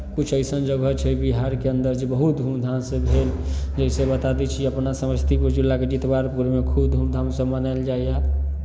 किछु अइसन जगह छै बिहारके अन्दर जे बहुत धूमधामसँ भेल जैसे बता दै छी अपना समस्तीपुर जिलाके जितवारपुरमे खूब धूमधामसँ मनायल जाइए